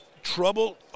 trouble